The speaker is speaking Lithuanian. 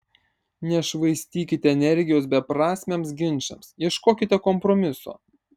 nešvaistykite energijos beprasmiams ginčams ieškokite kompromiso